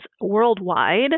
worldwide